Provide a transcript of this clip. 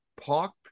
parked